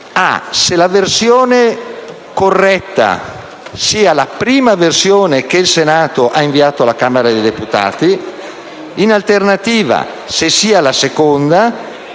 se la versione corretta sia la prima versione che il Senato ha inviato alla Camera dei deputati o, in alternativa, se sia corretta